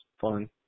fun